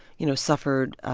you know, suffered